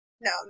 No